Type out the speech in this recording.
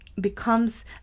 becomes